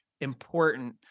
important